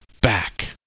back